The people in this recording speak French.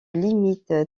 limite